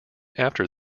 after